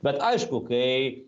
bet aišku kai